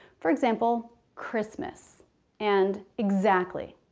for example christmas and exactly.